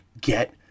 get